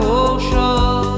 ocean